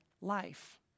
life